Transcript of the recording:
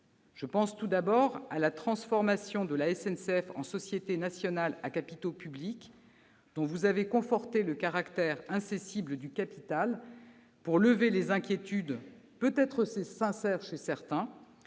Je pense, tout d'abord, à la transformation de la SNCF en société nationale à capitaux publics, société dont votre commission a conforté le caractère incessible du capital afin de lever les inquiétudes, peut-être sincères chez certains,